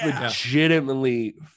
legitimately